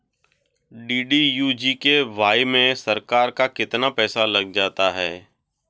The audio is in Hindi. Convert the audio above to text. डी.डी.यू जी.के.वाई में सरकार का कितना पैसा लग जाता है?